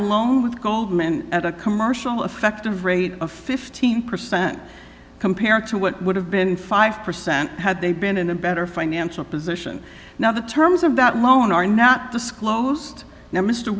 a loan with goldman at a commercial effective rate of fifteen percent compared to what would have been five percent had they been in a better financial position now the terms of that loan are not disclosed now m